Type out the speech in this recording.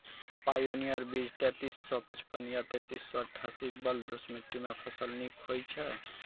Pioneer बीज तेंतीस सौ पचपन या तेंतीस सौ अट्ठासी बलधुस मिट्टी मे फसल निक होई छै?